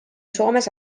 soomes